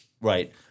Right